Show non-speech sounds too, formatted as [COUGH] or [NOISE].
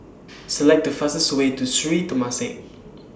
[NOISE] Select The fastest Way to Sri Temasek